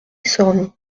sorny